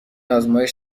آزمایش